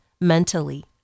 mentally